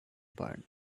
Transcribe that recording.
barn